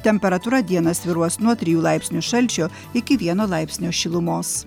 temperatūra dieną svyruos nuo trijų laipsnių šalčio iki vieno laipsnio šilumos